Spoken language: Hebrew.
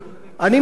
אני מציע לך,